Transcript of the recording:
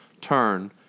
turn